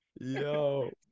Yo